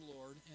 Lord